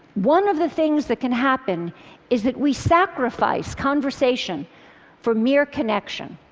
one of the things that can happen is that we sacrifice conversation for mere connection.